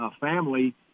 family